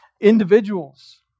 individuals